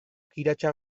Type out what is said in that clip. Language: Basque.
kiratsa